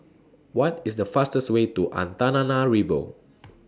What IS The fastest Way to Antananarivo